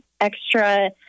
extra